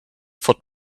foot